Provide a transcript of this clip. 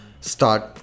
start